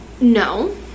No